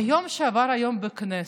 היום שעבר היום בכנסת.